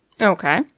Okay